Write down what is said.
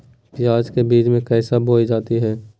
प्याज के बीज कैसे बोई जाती हैं?